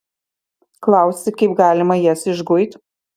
klausi kaip galima jas išguit